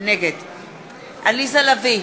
נגד עליזה לביא,